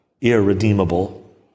irredeemable